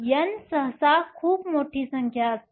N सहसा खूप मोठी संख्या असते